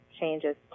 changes